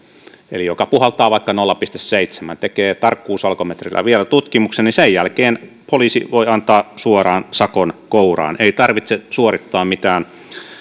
joka puhaltaa vaikka nolla pilkku seitsemän ja tekee tarkkuusalkometrillä vielä tutkimuksen niin sen jälkeen poliisi voi antaa suoraan sakon kouraan ei tarvitse suorittaa mitään